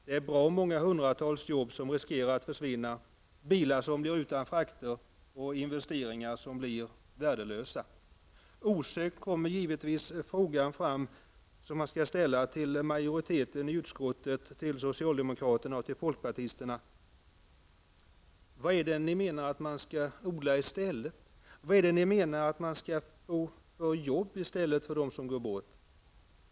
Det är många hundratals jobb som riskerar att försvinna, bilar som blir utan frakter och investeringar som blir värdelösa. Osökt anmäler sig givetvis frågan, som man skall ställa till majoriteten, nämligen socialdemokraterna och folkpartisterna, i utskottet: Vad skall man, menar ni, odla i stället? Vad skall man, menar ni, få för jobb i stället för dem som försvinner?